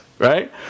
Right